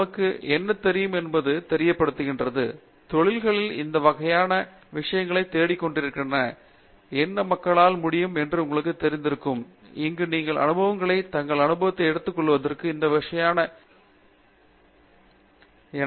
நமக்கு என்ன தெரியுமென்பது தெரியப்படுத்துகிறது தொழில்கள் இந்த வகையான விஷயங்களைத் தேடிக்கொண்டிருக்கின்றன என்ன மக்களால் முடியும் என்பது உங்களுக்குத் தெரிந்திருக்கும் இங்கு சில அனுபவங்களில் தங்கள் அனுபவத்தை எடுத்துக்கொள்வதற்கு இந்த வகையான விஷயங்கள் அவசியம்